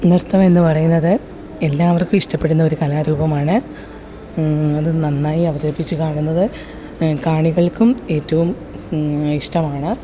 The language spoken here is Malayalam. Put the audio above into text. നൃത്തമെന്ന് പറയുന്നത് എല്ലാവർക്കും ഇഷ്ടപ്പെടുന്ന ഒരു കലാരൂപമാണ് അത് നന്നായി അവതരിപ്പിച്ചു കാണുന്നത് കാണികൾക്കും ഏറ്റവും ഇഷ്ടമാണ്